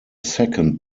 second